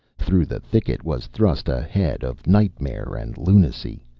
through the thicket was thrust a head of nightmare and lunacy.